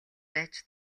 байж